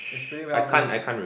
is pretty well known